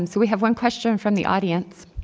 and so we have one question from the audience.